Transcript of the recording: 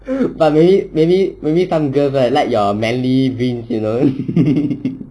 but many many maybe some girl right like your manly wings you know